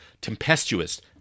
tempestuous